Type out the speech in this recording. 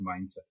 mindset